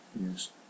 yes